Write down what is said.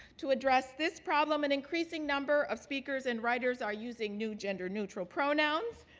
to address this problem, an increasing number of speakers and writers are using new gender neutral pronouns